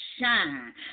shine